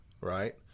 right